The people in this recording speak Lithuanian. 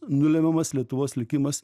nulemiamas lietuvos likimas